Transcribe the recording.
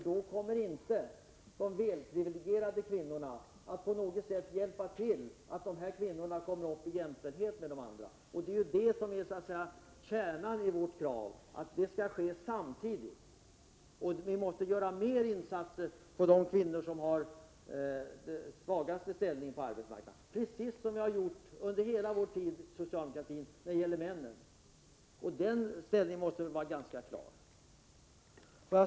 Då kommer inte de privilegierade kvinnorna att på något sätt hjälpa till så att de sämre ställda kvinnorna når jämlikhet med de andra. Kärnan i vårt krav är att jämställdhet mellan kvinnor och män och inom gruppen kvinnor sker samtidigt. Vi måste göra mer insatser för de kvinnor som har den svagaste ställningen på arbetsmarknaden, precis som vi inom socialdemokratin hela tiden gjort när det gäller män. Vår ställning där måste vara ganska klar.